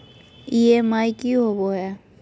EMI की होवे है?